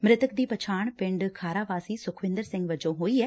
ਮ੍ਰਿਤਕ ਦੀ ਪਛਾਣ ਪਿੰਡ ਖਾਰਾ ਵਾਸੀ ਸੁਖਵਿੰਦਰ ਸਿੰਘ ਵਜੋਂ ਹੋਈ ਏ